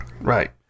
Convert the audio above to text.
Right